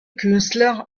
künstler